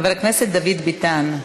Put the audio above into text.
חבר הכנסת דוד ביטן,